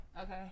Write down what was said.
Okay